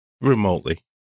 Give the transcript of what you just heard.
remotely